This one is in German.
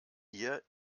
ihr